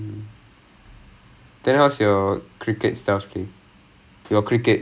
!wah! I'm looking mm sorry cric~